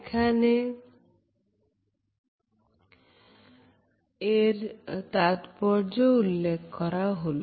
এখানে অ্যালেন পেশ কথা উল্লেখ করব